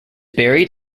buried